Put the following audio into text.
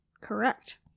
Correct